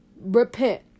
repent